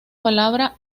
palabra